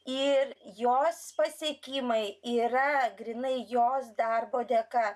ir jos pasiekimai yra grynai jos darbo dėka